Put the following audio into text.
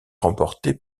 remporté